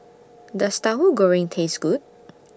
Does Tauhu Goreng Taste Good